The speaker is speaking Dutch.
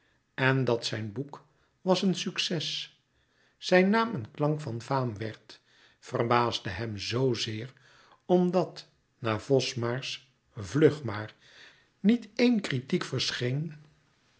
en dat zijn boek was een succes zijn naam een klank van faam werd verbaasde hem zzeer omdat na vosmaers vlugmaar niet één kritiek verscheen